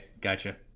gotcha